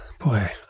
Boy